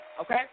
okay